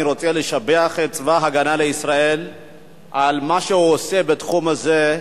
אני רוצה לשבח את צבא-הגנה לישראל על מה שהוא עושה בתחום הזה,